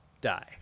die